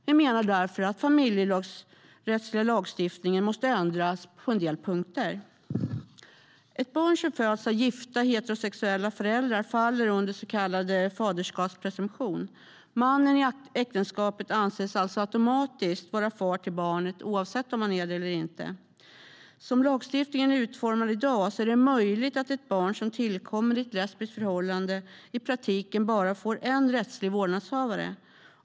Vi menar därför att den familjerättsliga lagstiftningen måste ändras på en del punkter. Ett barn som föds av gifta heterosexuella föräldrar faller under den så kallade faderskapspresumtionen. Mannen i äktenskapet anses alltså automatiskt vara far till barnet oavsett om han är det eller inte. Som lagstiftningen är utformad i dag är det möjligt att ett barn som tillkommit i ett lesbiskt förhållande i praktiken bara får en rättslig vårdnadshavare.